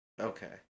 Okay